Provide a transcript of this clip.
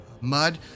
Mud